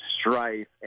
strife